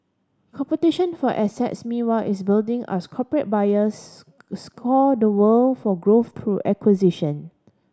competition for assets meanwhile is building as corporate buyers scour the world for growth through acquisition